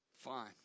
fine